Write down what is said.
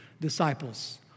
disciples